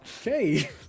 Okay